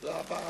תודה רבה.